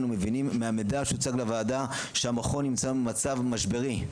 אנו מבינים מהמידע שהוצג לוועדה שהמכון נמצא במצב משברי.